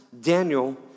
Daniel